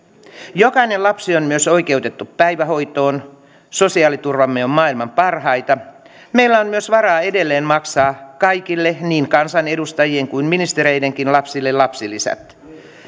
jokainen lapsi on myös oikeutettu päivähoitoon sosiaaliturvamme on maailman parhaita meillä on myös varaa edelleen maksaa kaikille niin kansanedustajien kuin ministereidenkin lapsille lapsilisät